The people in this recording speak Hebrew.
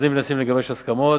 הצדדים מנסים לגבש הסכמות.